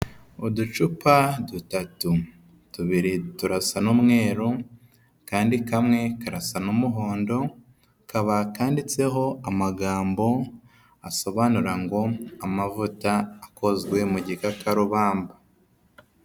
Uducupa dutatu, tubiri turasa n'umweru, akandi kamwe karasa n'umuhondo, kakaba kanditseho amagambo asobanura ngo ''Amavuta akozwe mu gikakarubamba.''